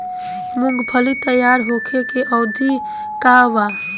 मूँगफली तैयार होखे के अवधि का वा?